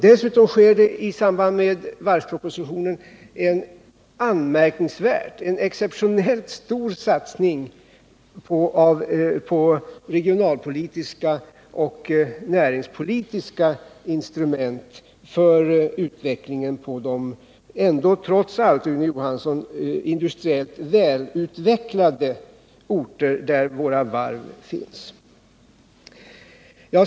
Dessutom görs i samband med varvspropositionen en exceptionellt stor satsning på regionalpolitiska och näringspolitiska instrument för utvecklingen på de trots allt, Rune Johansson, industriellt välutvecklade orter där våra varv finns.